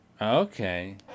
Okay